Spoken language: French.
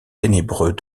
ténébreux